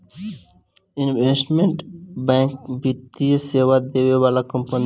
investment bank वित्तीय सेवा देवे वाला कंपनी हवे